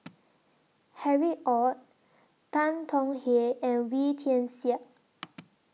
Harry ORD Tan Tong Hye and Wee Tian Siak